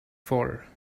voll